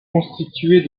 constitués